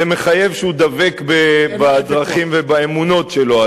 זה מחייב שהוא דבק בדרכים ובאמונות שלו.